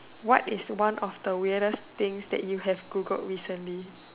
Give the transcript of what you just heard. what is one of the weirdest things that you have Googled recently